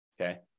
Okay